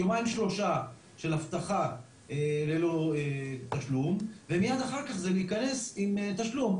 יומיים שלושה של אבטחה ללא תשלום ומיד אחר כך זה להיכנס עם תשלום,